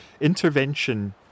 Intervention